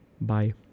bye